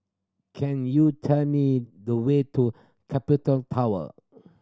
can you tell me the way to Capital Tower